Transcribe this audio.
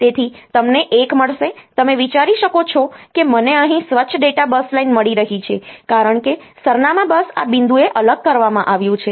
તેથી તમને એક મળશે તમે વિચારી શકો છો કે મને અહીં સ્વચ્છ ડેટા બસ લાઇન મળી રહી છે કારણ કે સરનામાં બસ આ બિંદુએ અલગ કરવામાં આવ્યું છે